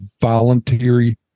Voluntary